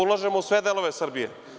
Ulažemo u sve delove Srbije.